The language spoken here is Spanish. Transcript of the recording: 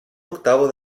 octavo